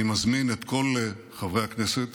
אני מזמין את כל חברי הכנסת